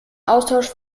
austausch